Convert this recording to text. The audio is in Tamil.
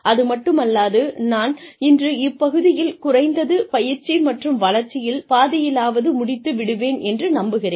அதுமட்டுமல்லாது நான் இன்று இப்பகுதியில் குறைந்தது பயிற்சி மற்றும் வளர்ச்சியில் பாதியளவாவது முடித்து விடுவேன் என்று நம்புகிறேன்